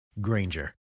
Granger